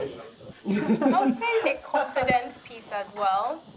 you know confidence piece as well,